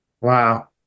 Wow